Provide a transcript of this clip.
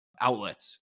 outlets